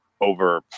over